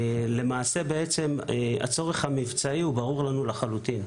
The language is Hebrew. למעשה הצורך המבצעי ברור לנו לחלוטין.